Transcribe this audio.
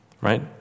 right